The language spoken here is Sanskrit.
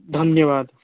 धन्यवादः